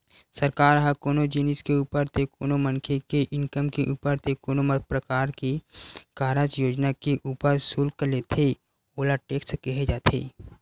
सरकार ह कोनो जिनिस के ऊपर ते कोनो मनखे के इनकम के ऊपर ते कोनो परकार के कारज योजना के ऊपर सुल्क लेथे ओला टेक्स केहे जाथे